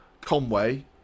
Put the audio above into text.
Conway